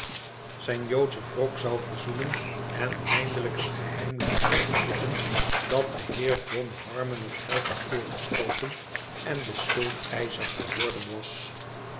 zijn joodschen wrok zou verzoenen en eindelijk het geheim liet ontglippen dat de heer john harmon het geld had voorgeschoten en de schuldeischer geworden was